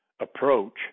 approach